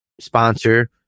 sponsor